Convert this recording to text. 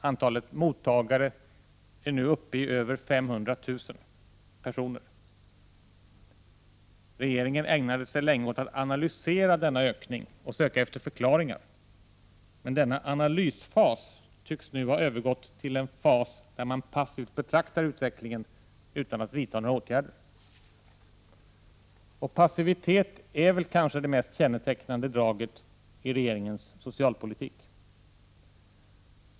Antalet mottagare är nu uppe i över 500 000 personer. Regeringen ägnade sig länge åt att analysera denna ökning och söka efter förklaringar, men denna analysfas tycks nu ha övergått i en fas där man passivt betraktar utvecklingen utan att vidta några åtgärder. Passivitet är kanske det mest kännetecknande draget i regeringens socialpolitik.